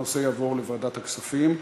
הנושא יעבור לוועדת הכספים.